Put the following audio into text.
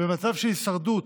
במצב של הישרדות,